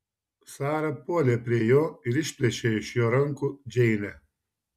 sara puolė prie jo ir išplėšė iš jo rankų džeinę